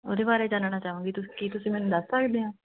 ਉਹਦੇ ਬਾਰੇ ਜਾਨਣਾ ਚਾਹਾਂਗੀ ਤੁ ਕੀ ਤੁਸੀਂ ਮੈਨੂੰ ਦੱਸ ਸਕਦੇ ਹਾਂ